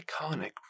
iconic